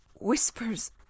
Whispers